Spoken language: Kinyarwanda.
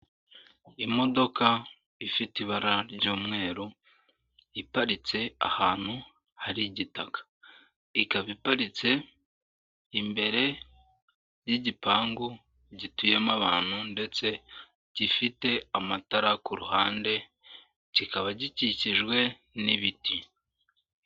Imodoka ifite ibara ry'umweru iparitse ahantu hari igitaka, ikaba iparitse imbere y'igipangu gituyemo abantu ndetse gifite amatara ku ruhande kikaba gikikijwe n'ibiti.